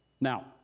Now